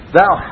Thou